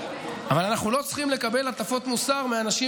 אבל אנחנו לא צריכים לקבל הטפות מוסר מהאנשים